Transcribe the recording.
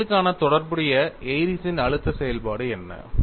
இந்த சிக்கலுக்கான தொடர்புடைய ஏரிஸ்ன் Airy's அழுத்த செயல்பாடு என்ன